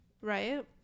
Right